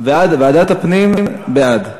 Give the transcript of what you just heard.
ועדת הפנים בעד.